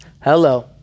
hello